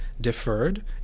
deferred